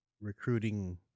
recruiting